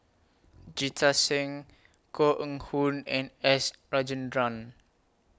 Jita Singh Koh Eng Hoon and S Rajendran